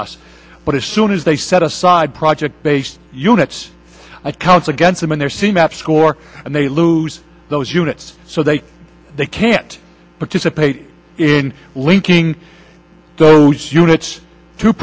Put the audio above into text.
us but as soon as they set aside project based units i counts against them in their c maps core and they lose those units so they they can't participate in linking those units to